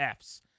Fs